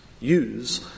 use